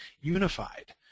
unified